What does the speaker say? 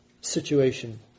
situation